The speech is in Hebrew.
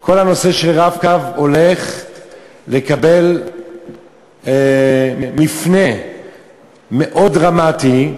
כל הנושא של "רב-קו" הולך לקבל מפנה מאוד דרמטי,